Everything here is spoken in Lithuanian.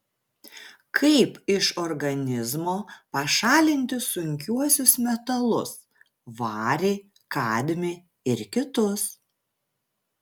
kaip iš organizmo pašalinti sunkiuosius metalus varį kadmį ir kitus